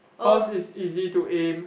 cause is easy to aim